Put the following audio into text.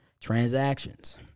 transactions